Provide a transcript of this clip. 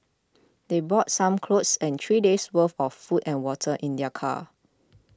they brought some clothes and three days' worth of food and water in their car